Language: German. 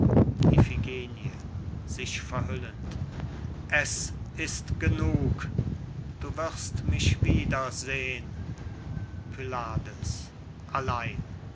sich verhüllend es ist genug du wirst mich wiedersehn pylades allein